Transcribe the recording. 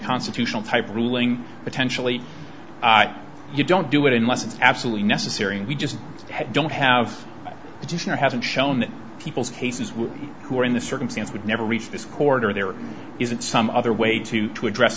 constitutional type of ruling potentially you don't do it unless it's absolutely necessary and we just don't have additional hasn't shown that people's cases will who are in the circumstance would never reach this quarter there isn't some other way to to address